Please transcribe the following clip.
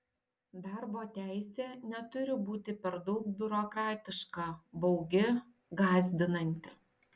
darbo teisė neturi būti per daug biurokratiška baugi gąsdinanti